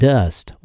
Dust